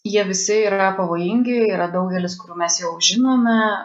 jie visi yra pavojingi yra daugelis kurių mes jau žinome